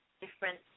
different